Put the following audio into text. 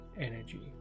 energy